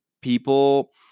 People